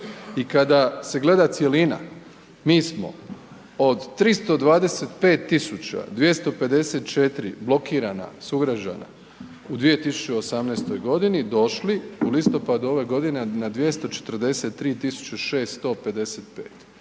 i kada se gleda cjelina, mi smo od 325 254 blokirana sugrađana u 2018.g. došli u listopadu ove godine na 243 655,